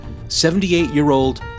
78-year-old